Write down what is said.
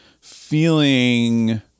feeling